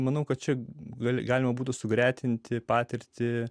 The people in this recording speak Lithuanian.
manau kad čia gal galima būtų sugretinti patirtį